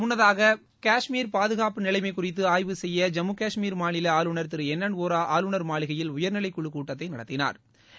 முன்னதாக காஷ்மீர் பாதுகாப்பு நிலைமை குறித்து ஆய்வு செய்ய ஜம்மு காஷ்மீர் மாநில ஆளுநர் திரு என் என் வோரா ஆளுநர் மாளிகையில் உயர்நிலைக்குழுக் கூட்டத்தை நடத்தினாா்